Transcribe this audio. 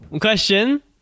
question